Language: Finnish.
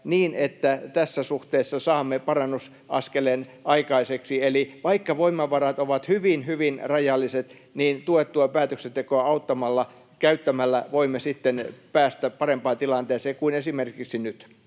niin, että tässä suhteessa saamme parannusaskelen aikaiseksi. Eli vaikka voimavarat ovat hyvin hyvin rajalliset, niin tuettua päätöksentekoa käyttämällä voimme sitten päästä parempaan tilanteeseen kuin esimerkiksi nyt.